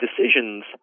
decisions